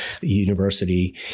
University